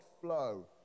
flow